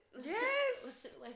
Yes